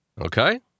Okay